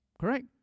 Correct